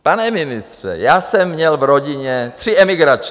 Pane ministře, já jsem měl v rodině tři emigračky.